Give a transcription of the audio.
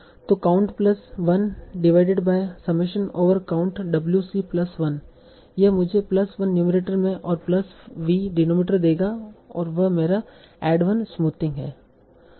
तो count plus divided by summation over count w c plus 1 यह मुझे plus 1 numerator में और प्लस V डिनोमिनेटर देगा और वह मेरा ऐड 1 स्मूथिंग है